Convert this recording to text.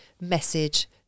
message